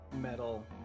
metal